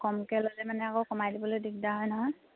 কমকৈ ল'লে মানে আকৌ কমাই দিবলৈ দিগদাৰ হয় নহয়